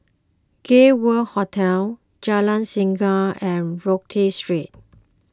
Gay World Hotel Jalan Singa and Rodyk Street